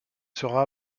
sera